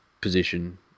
position